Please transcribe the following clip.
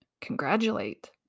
congratulate